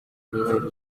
ihurizo